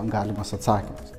galimas atsakymas